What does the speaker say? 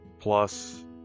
plus